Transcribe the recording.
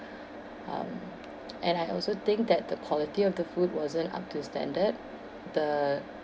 um and I also think that the quality of the food wasn't up to standard the